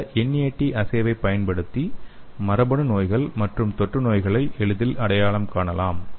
இந்த NAT அஸ்ஸேவை பயன்படுத்தி மரபணு நோய்கள் மற்றும் தொற்று நோய்களை எளிதில் அடையாளம் காணலாம்